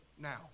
now